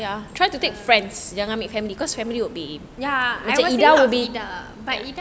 ya ya I was thinking about idah